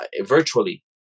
virtually